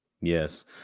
Yes